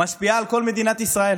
היא משפיעה על כל מדינת ישראל.